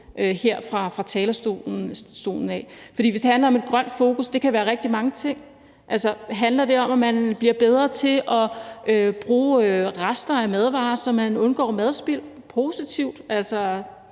her på talerstolen. Et grønt fokus kan være rigtig mange ting. Altså, handler det om, at man bliver bedre til at bruge rester af madvarer, så man undgår madspild?